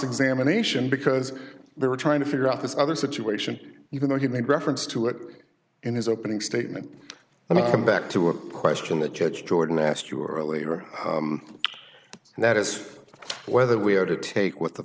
examination because they were trying to figure out this other situation even though he made reference to it in his opening statement and i come back to a question that judge jordan asked you earlier and that is whether we are to take what the